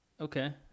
Okay